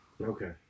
Okay